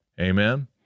Amen